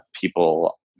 people